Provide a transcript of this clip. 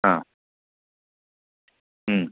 हां